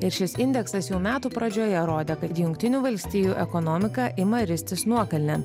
ir šis indeksas jau metų pradžioje rodė kad jungtinių valstijų ekonomika ima ristis nuokalnėn